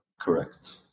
Correct